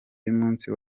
y’umunsi